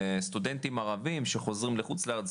לסטודנטים ערבים שחוזרים לחוץ לארץ.